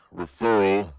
referral